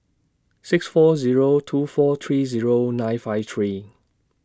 six four Zero two four three Zero nine five three